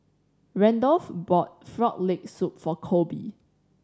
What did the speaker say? Randolph bought Frog Leg Soup for Colby